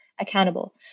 accountable